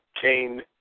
Kane